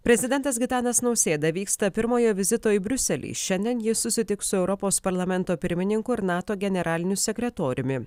prezidentas gitanas nausėda vyksta pirmojo vizito į briuselį šiandien jis susitiks su europos parlamento pirmininku ir nato generaliniu sekretoriumi